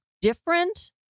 different